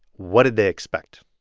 what did they expect?